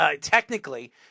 Technically